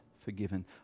forgiven